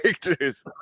characters